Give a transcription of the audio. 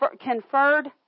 conferred